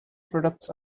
products